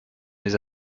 mes